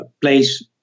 place